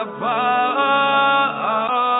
fall